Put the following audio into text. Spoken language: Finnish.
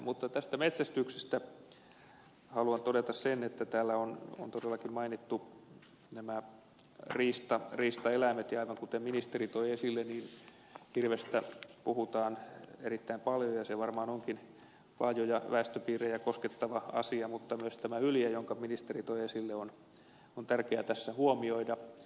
mutta metsästyksestä haluan todeta täällä on todellakin mainittu riistaeläimet ja aivan kuten ministeri toi esille hirvestä puhutaan erittäin paljon ja se varmaan onkin laajoja väestöpiirejä koskettava asia että myös hylje jonka ministeri toi esille on tärkeää tässä huomioida